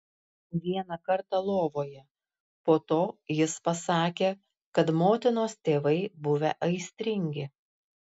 vieną kartą lovoje po to jis pasakė kad motinos tėvai buvę aistringi